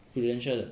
Prudential 的